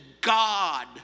God